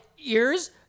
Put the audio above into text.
ears